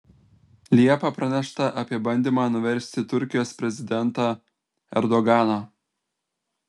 liepą pranešta apie bandymą nuversti turkijos prezidentą erdoganą